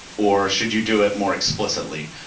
or should you do it more explicitly?